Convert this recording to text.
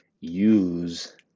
Use